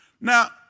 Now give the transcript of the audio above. Now